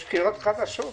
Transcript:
יש בחירות חדשות.